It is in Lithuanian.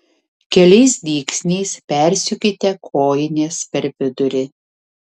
keliais dygsniais persiūkite kojines per vidurį